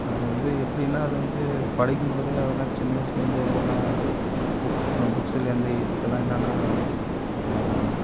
அது வந்து எப்படின்னா அது வந்து படிக்கும்போது அதெல்லாம் சின்ன வயசுலேருந்தே அதெல்லாம் புக்ஸ் புக்ஸ்ஸுலேருந்து இதுக்கெல்லாம் என்னன்னால்